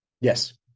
Yes